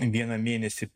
vieną mėnesį